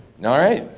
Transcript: yes. all right.